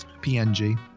PNG